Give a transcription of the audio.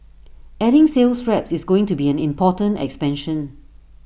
adding sales reps is going to be an important expansion